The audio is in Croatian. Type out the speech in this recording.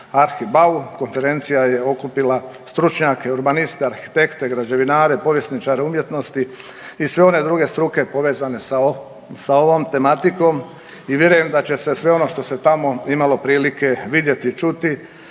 ArhiBau. Konferencija je okupila stručnjake urbaniste, arhitekte, građevinare, povjesničare umjetnosti i sve one druge struke povezane sa ovom tematikom. I vjerujem da će se sve ono što se tamo imalo prilike vidjeti, čuti